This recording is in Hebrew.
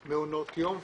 מעונות יום וכדומה.